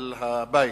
על הבית.